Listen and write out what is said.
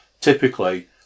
typically